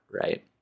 right